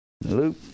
Luke